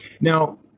Now